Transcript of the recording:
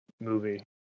movie